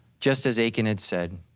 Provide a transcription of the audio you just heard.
just as achan had said,